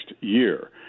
year